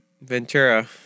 Ventura